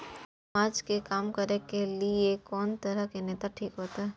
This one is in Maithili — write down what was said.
समाज के काम करें के ली ये कोन तरह के नेता ठीक होते?